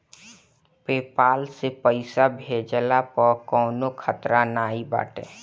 PayPal से पईसा भेजला पअ कवनो खतरा नाइ बाटे